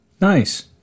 Nice